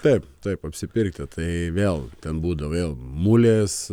taip taip apsipirkti tai vėl ten būdavo vėl mulės